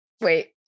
Wait